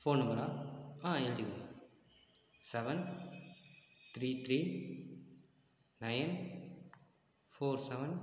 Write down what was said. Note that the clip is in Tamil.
ஃபோன் நம்பரா எழுதிக்கோங்கள் seven three three nine four seven